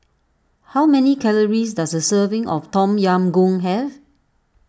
how many calories does a serving of Tom Yam Goong have